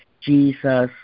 Jesus